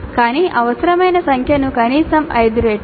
కానీ అవసరమైన సంఖ్యకు కనీసం ఐదు రెట్లు